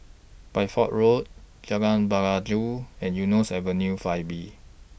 Bideford Road Jalan Pelajau and Eunos Avenue five B